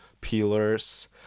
peelers